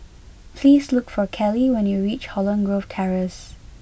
please look for Keli when you reach Holland Grove Terrace